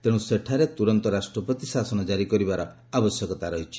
ତେଣୁ ସେଠାରେ ତୁରନ୍ତ ରାଷ୍ଟ୍ରପତି ଶାସନ ଜାରି କରିବାର ଆବଶ୍ୟକତା ରହିଛି